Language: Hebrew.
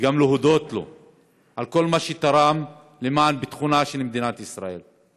וגם להודות לו על כל מה שתרם למען ביטחונה של מדינת ישראל.